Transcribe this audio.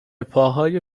پاهای